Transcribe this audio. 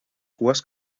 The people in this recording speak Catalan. cues